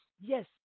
Yes